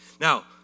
Now